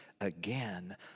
again